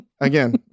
Again